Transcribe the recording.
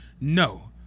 no